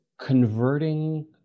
converting